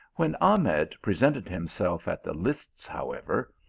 when ahmed presented himself at the lists, how ever,